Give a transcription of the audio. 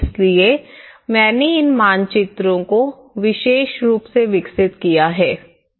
इसलिए मैंने इन मानचित्रों को विशेष रूप से विकसित किया है